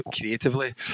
creatively